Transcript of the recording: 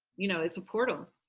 you know, it's a portal.